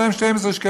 שלם 12 שקלים,